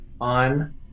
on